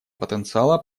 потенциала